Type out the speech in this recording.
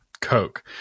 Coke